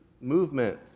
movement